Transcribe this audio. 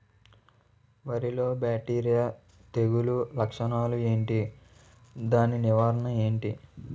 వరి లో బ్యాక్టీరియల్ తెగులు లక్షణాలు ఏంటి? దాని నివారణ ఏంటి?